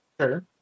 Sure